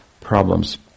problems